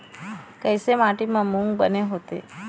कइसे माटी म मूंग बने होथे?